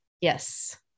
Yes